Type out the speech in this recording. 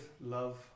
love